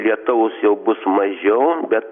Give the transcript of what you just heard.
lietaus jau bus mažiau bet